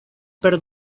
per